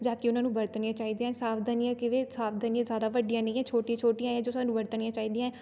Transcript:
ਜਾ ਕੇ ਉਹਨਾਂ ਨੂੰ ਵਰਤਣੀਆਂ ਚਾਹੀਦੀਆਂ ਸਾਵਧਾਨੀਆਂ ਕਿਵੇਂ ਸਾਵਧਾਨੀਆਂ ਜ਼ਿਆਦਾ ਵੱਡੀਆਂ ਨਹੀਂ ਹੈ ਛੋਟੀਆਂ ਛੋਟੀਆਂ ਏ ਜੋ ਸਾਨੂੰ ਵਰਤਣੀਆਂ ਚਾਹੀਦੀਆਂ